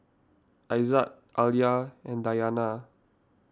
Aizat Alya and Dayana